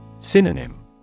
Synonym